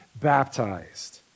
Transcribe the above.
baptized